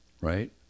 right